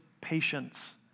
patience